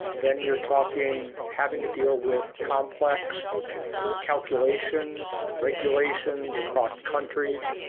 then you're talking having to deal with complex calculations, regulations across countries.